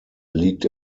liegt